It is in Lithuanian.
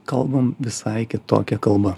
kalbam visai kitokia kalba